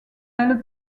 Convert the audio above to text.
elle